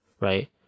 right